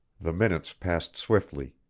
the minutes passed swiftly,